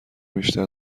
بیشتر